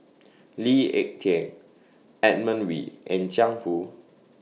Lee Ek Tieng Edmund Wee and Jiang Hu